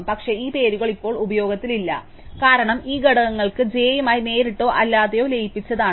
പക്ഷേ ഈ പേരുകൾ ഇപ്പോൾ ഉപയോഗത്തിലില്ല കാരണം ഈ ഘടകങ്ങൾക്ക് j യുമായി നേരിട്ടോ അല്ലാതെയോ ലയിപ്പിച്ചതാണ്